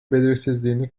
belirsizliğini